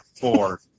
four